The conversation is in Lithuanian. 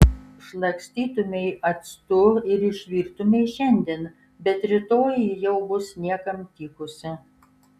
šlakstytumei actu ir išvirtumei šiandien bet rytoj ji jau bus niekam tikusi